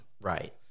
right